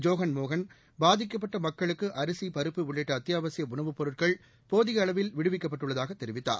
ஜோகன் மோகன் பாதிக்கப்பட்ட மக்களுக்கு அரிசி பருப்பு உள்ளிட்ட அத்தியாவசிய உணவுப் பொருட்கள் போதிய அளவில் விடுவிக்கப்பட்டுள்ளதாக தெரிவித்தார்